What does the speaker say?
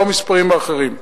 לא המספרים האחרים,